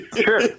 Sure